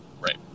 Right